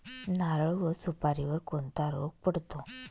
नारळ व सुपारीवर कोणता रोग पडतो?